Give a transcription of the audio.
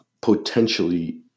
potentially